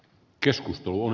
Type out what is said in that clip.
keskusteluun